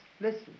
Listen